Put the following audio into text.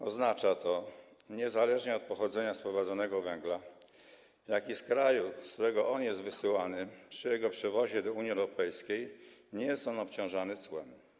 Oznacza to - niezależnie od pochodzenia sprowadzanego węgla i tego, z jakiego kraju on jest wysyłany - że przy jego przewozie do Unii Europejskiej nie jest on obciążany cłem.